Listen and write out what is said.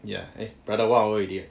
ya eh brother one hour already eh